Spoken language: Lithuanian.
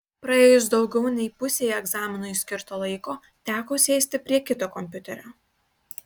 praėjus daugiau nei pusei egzaminui skirto laiko teko sėsti prie kito kompiuterio